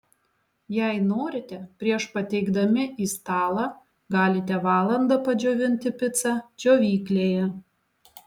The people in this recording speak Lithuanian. jei norite prieš pateikdami į stalą galite valandą padžiovinti picą džiovyklėje